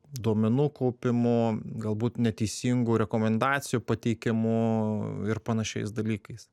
duomenų kaupimu galbūt neteisingų rekomendacijų pateikimu ir panašiais dalykais